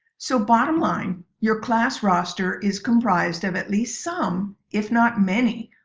so, bottom line, your class roster is comprised of at least some, if not many,